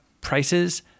prices